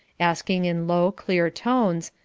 asking in low, clear tones,